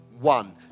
one